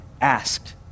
asked